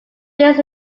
this